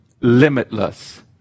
limitless